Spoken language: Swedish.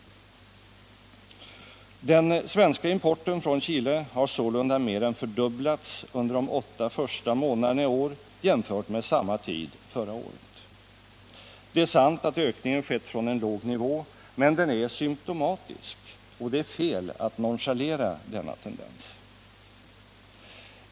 Den svenska importen från Chile har sålunda mer än fördubblats under de åtta första månaderna i år jämfört med samma tid förra året. Det är sant att ökningen skett från en låg nivå, men den är symtomatisk, och det är fel att nonchalera denna tendens.